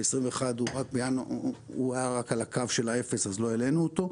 ב-21' הוא היה רק על הקו של האפס אז לא העלינו אותו,